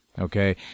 Okay